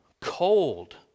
cold